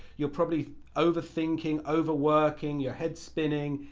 you're probably overthinking, overworking you're head's spinning.